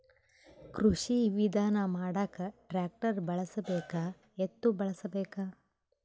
ಕೃಷಿ ವಿಧಾನ ಮಾಡಾಕ ಟ್ಟ್ರ್ಯಾಕ್ಟರ್ ಬಳಸಬೇಕ, ಎತ್ತು ಬಳಸಬೇಕ?